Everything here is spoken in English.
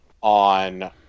on